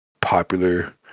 popular